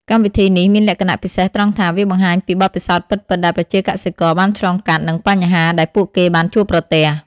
កម្មវិធីនេះមានលក្ខណៈពិសេសត្រង់ថា វាបង្ហាញពីបទពិសោធន៍ពិតៗដែលប្រជាកសិករបានឆ្លងកាត់ និងបញ្ហាដែលពួកគេបានជួបប្រទះ។